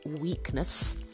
weakness